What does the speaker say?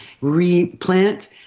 replant